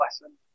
lesson